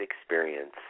experience